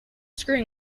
screwing